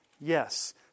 yes